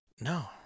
No